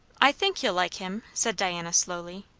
i think you'll like him, said diana slowly.